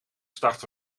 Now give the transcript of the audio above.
starten